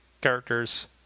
character's